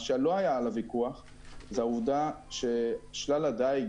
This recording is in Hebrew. מה שלא היה בוויכוח זו העובדה ששלל הדייג